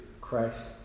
Christ